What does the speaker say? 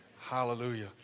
Hallelujah